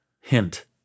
Hint